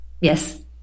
Yes